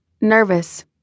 nervous